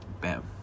Bam